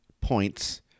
points